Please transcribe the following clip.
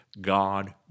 God